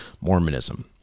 Mormonism